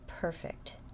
perfect